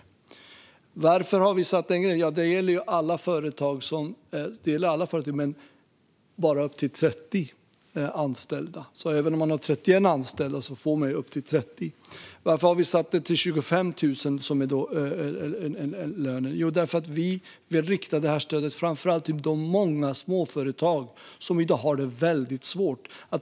När det gäller varför vi har satt en gräns gäller lättnaderna alla företag men bara för upp till 30 anställda. Även om man har 31 anställda får man alltså upp till 30. Varför har vi satt gränsen vid en lön på 25 000? Jo, därför att vi framför allt vill rikta stödet till de många småföretag som i dag har det väldigt svårt.